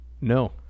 No